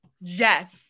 Yes